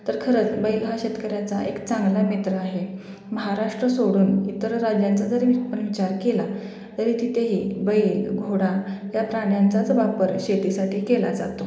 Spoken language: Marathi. तर खरंच बैल हा शेतकऱ्याचा एक चांगला मित्र आहे महाराष्ट्र सोडून इतर राज्यांचा जरी आपण विचार केला तरी तिथेही बैल घोडा या प्राण्यांचाच वापर शेतीसाठी केला जातो